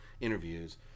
interviews